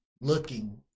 looking